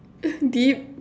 deep